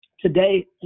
Today